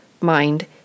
mind